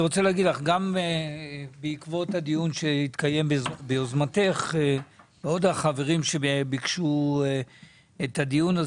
בעקבות הדיון שהתקיים ביוזמתך וביוזמת עוד חברים שביקשו את הדיון,